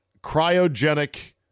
cryogenic